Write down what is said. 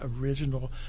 original